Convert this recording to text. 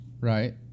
right